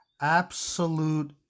absolute